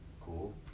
Cool